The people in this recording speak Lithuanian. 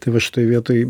tai va šitoj vietoj